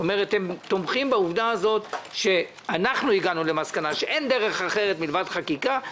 זאת אומרת הם תומכים בכך שאנחנו הגענו למסקנה שאין דרך אחרת מלבד חקיקה,